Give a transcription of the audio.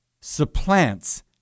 supplants